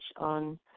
on